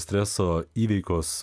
streso įveikos